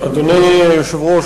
אדוני היושב-ראש,